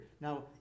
Now